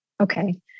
okay